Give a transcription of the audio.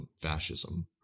Fascism